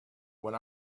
when